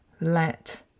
Let